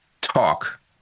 talk